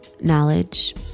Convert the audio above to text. knowledge